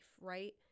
right